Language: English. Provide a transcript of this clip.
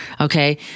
okay